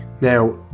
Now